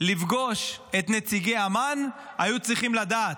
לפגוש את נציגי אמ"ן היו צריכים לדעת.